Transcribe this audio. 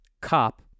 COP